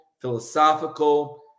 philosophical